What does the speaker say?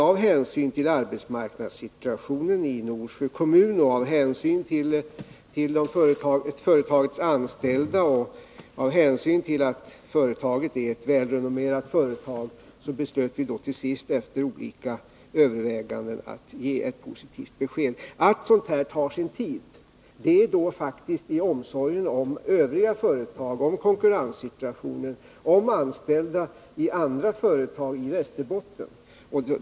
Av hänsyn till arbetsmarknadssituationen i Norsjö kommun, av hänsyn till företagets anställda och av hänsyn till att företaget är välrenommerat beslöt vi dock till sist efter olika överväganden att ge ett positivt besked. Att sådant här tar sin tid beror på omsorgen om övriga företag när det gäller konkurrenssituationen och om anställda i andra företag i Västerbotten.